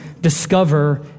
discover